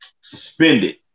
suspended